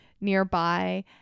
nearby